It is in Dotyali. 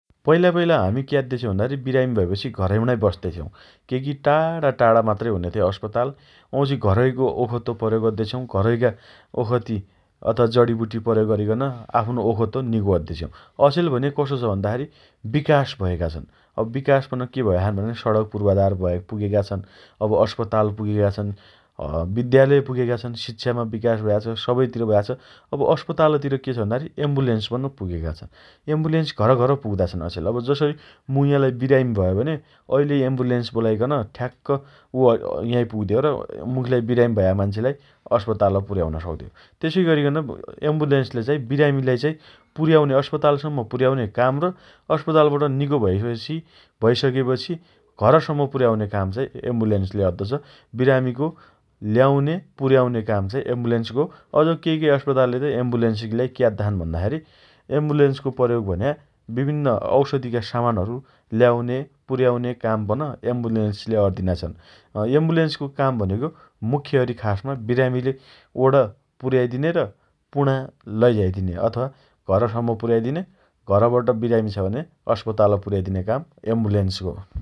पैला पैला हमी क्याद्दे छेउँ भन्दाखेरी विरामी भएपछि घरम्णाइ बस्ते छेउ । केइकी टाढाटाढा मात्रै हुने थे अस्पताल । वाउँछि घरैको ओखतो प्रयोग अद्दे छेउ । घरै ओखती अथवा जडिबुटी प्रयोग अरिकन आफ्नो ओखतो निको अद्दे छेउ । अचेल भने कसो छ भन्दाखेरी विकास भयाका छन् । अब विकास पन के भया छन् भने सडक पूर्वाधार भय, पुगेका छन् । अब अस्पताल पुगेका छन् । ह विद्यालय पुगेका छन् । शिक्षामा विकास भयाको छ । सब्बैतिर भया छ । अब अस्पताल तिर के छ भन्दाखेरी एम्बुलेन्स पन पुगेका छन् । एम्बुलेन्स घर घर पुग्दा छन् अचेल । मु याँलाई विरामी भयो भने अइलै एम्बुलेन्स बोलाइकन ठ्याक्क ओ अँ याइ पुग्दे र मुखीलाई विरामी भया मान्छेलाई अस्पताल पुर्याउन सक्दे हो । तेसइगरिकन एम्बुलेन्सले चाइ विरामीलाई चाइ पुर्याउने अस्पतालसम्म पुयाउने काम अस्पतालबाट निको भइसकेपछि भइसकेपछि घरसम्म पुयाउने काम चाइ एम्बुलेन्सले अद्दो छ । विरामीको ल्याउने पुर्याउने काम चाइ एम्बुलेन्सको हो । अझ केइ केइ अस्पतालले त एम्बुलेन्सलाई क्याद्दा छन् भन्दाखेरी एम्बुलेन्सको प्रयोग भन्या विभिन्न औसधीका सामानहरु ल्याउने पुर्याउने काम पन एम्बुलेन्सले अर्दिना छन् । एम्बुलेन्सको काम भनेको मुख्यअरि खासमा विरामी ओडा पुर्याइ दिने र पुणा लैझाइदिने हो । अथवा घरसम्म पुयाइ दिने घरबट बिरामी छ भने अस्पतालपुर्याइ दिने काम एम्बुलेन्सको हो ।